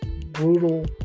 brutal